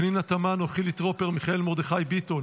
פנינה תמנו, חילי טרופר, מיכאל מרדכי ביטון,